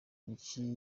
iki